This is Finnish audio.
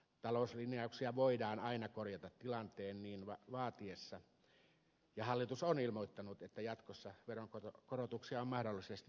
talouslinjauksia voidaan aina korjata tilanteen niin vaatiessa ja hallitus on ilmoittanut että jatkossa veronkorotuksia on mahdollisesti tulossa